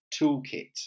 toolkit